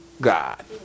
God